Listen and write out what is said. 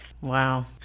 Wow